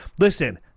Listen